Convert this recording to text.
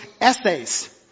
Essays